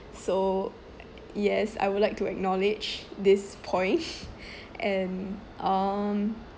so yes I would like to acknowledge this point and um